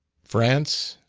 france,